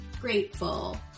grateful